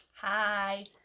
Hi